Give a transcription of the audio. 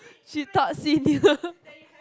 she thought senior